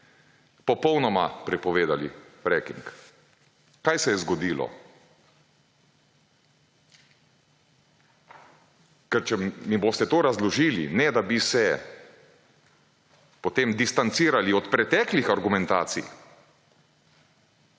popolnoma prepovedali freking? Kaj se je zgodilo? Ker če mi boste to razložili, ne da bi se potem distancirali od preteklih argumentacij,